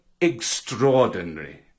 extraordinary